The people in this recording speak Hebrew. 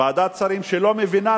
ועדת שרים שלא מבינה,